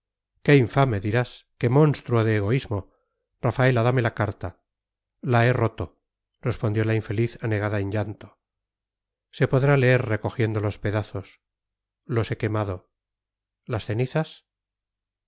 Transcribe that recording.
qué infame dirás qué monstruo de egoísmo rafaela dame la carta la he roto respondió la infeliz anegada en llanto se podrá leer recogiendo los pedazos los he quemado las cenizas